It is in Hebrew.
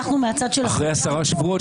אני מנסה לפנות ולדבר לכולם,